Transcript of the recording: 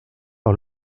par